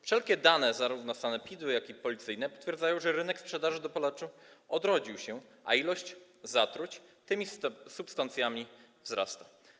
Wszelkie dane zarówno sanepidu, jak i policji potwierdzają, że rynek sprzedaży dopalaczy odrodził się, a liczba zatruć tymi substancjami wzrasta.